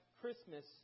Christmas